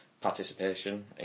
participation